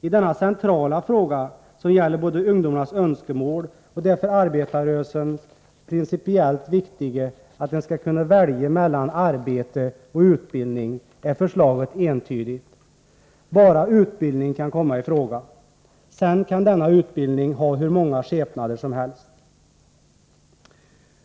I denna centrala fråga, som gäller både ungdomarnas önskemål och det för arbetarrörelsen principiellt viktiga att man skall kunna välja mellan arbete och utbildning, är förslaget entydigt: bara utbildning kan komma i fråga. Sedan kan denna utbildning ha hur många skepnader som helst.